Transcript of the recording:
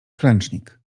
klęcznik